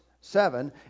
seven